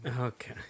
Okay